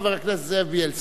חבר הכנסת זאב בילסקי.